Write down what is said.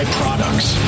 products